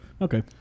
Okay